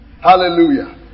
Hallelujah